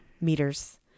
meters